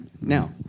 Now